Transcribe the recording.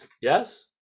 yes